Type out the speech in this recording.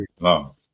no